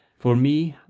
for me,